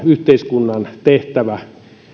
yhteiskunnan tehtävää